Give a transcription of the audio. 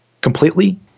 completely